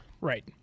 Right